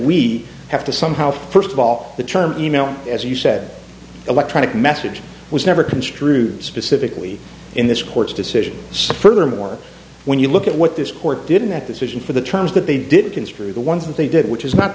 we have to somehow first of all the term e mail as you said electronic message was never construed specifically in this court's decision support or more when you look at what this court didn't that this is in for the terms that they did construe the ones that they did which is not